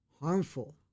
harmful